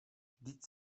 vždyť